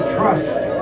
trust